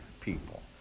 people